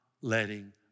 letting